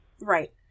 Right